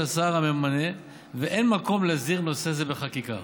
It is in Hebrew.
השר הממנה ואין מקום להסדיר נושא זה בחקיקה.